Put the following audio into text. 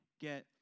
get